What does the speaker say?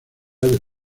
del